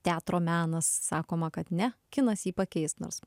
teatro menas sakoma kad ne kinas jį pakeis nors